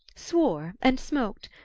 swore and smoked.